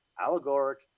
allegoric